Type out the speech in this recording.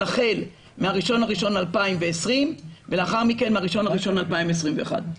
החל ב-1.1.2020 ולאחר מכן מה-1.1.2021.